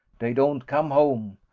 dey don't come home,